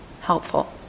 helpful